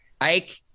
Ike